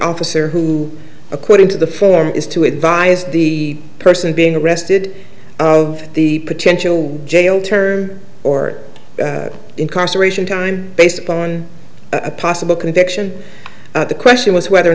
officer who according to the form is to advise the person being arrested of the potential jail term or incarceration time based upon a possible conviction the question was whether or